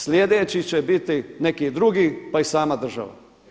Sljedeći će biti i neki drugi, pa i sama država.